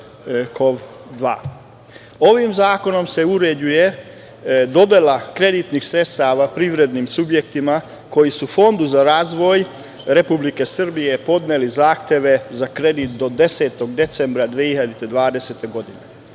zakonom se uređuje dodela kreditnih sredstava privrednim subjektima koji su Fondu za razvoj Republike Srbije podneli zahteve za kredit do 10. decembra 2020. godine.